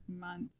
month